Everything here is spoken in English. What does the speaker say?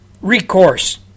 recourse